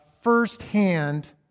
firsthand